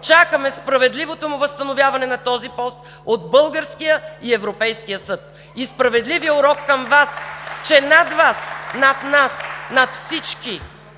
Чакаме справедливото му възстановяване на този пост от българския и от европейския съд и справедливия урок към Вас, че над Вас (ръкопляскания